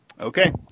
Okay